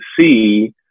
see